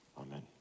Amen